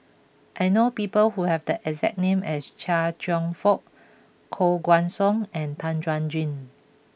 I know people who have the exact name as Chia Cheong Fook Koh Guan Song and Tan Chuan Jin